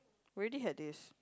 we already had this